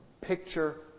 picture